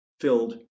filled